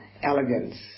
elegance